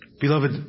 Beloved